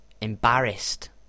embarrassed